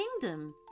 kingdom